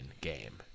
game